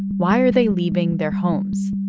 why are they leaving their homes?